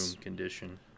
condition